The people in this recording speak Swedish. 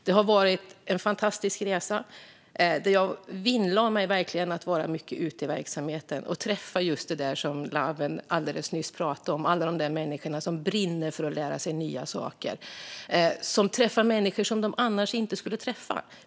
Det var en fantastisk resa, och jag vinnlade mig verkligen om att vara ute mycket i verksamheten och träffa alla de människor som Lawen Redar nyss pratade om - de som brinner för att lära sig nya saker och som träffar människor som de annars inte skulle träffa.